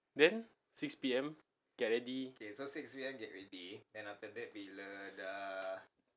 then six P_M get ready